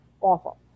awful